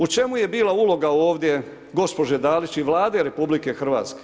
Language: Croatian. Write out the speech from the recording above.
U čemu je bila uloga ovdje gospođe Dalić i Vlade RH?